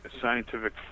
scientific